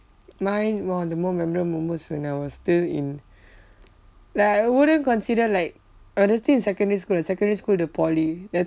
mine one of the more memorable moments when I was still in like I wouldn't consider like honestly in secondary school in secondary school to poly that's